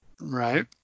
Right